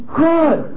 good